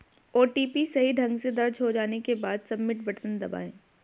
OTP सही ढंग से दर्ज हो जाने के बाद, सबमिट बटन दबाएं